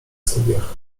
studiach